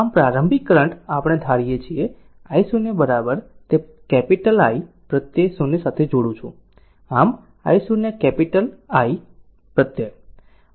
આમ પ્રારંભિક કરંટ આપણે ધારીએ છીએ I0 તે કેપિટલ i પ્રત્યય 0 સાથે જોડું છું આમ I0 કેપિટલ i પ્રત્યય